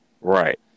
Right